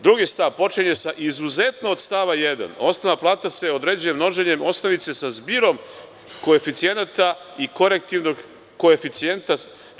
Drugi stav počinje sa - izuzetno od stava 1. osnovna plata se određuje množenjem osnovice sa zbirom koeficijenata i korektivnog koeficijenta.